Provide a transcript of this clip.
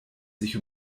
sich